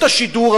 רשות השידור,